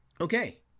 Okay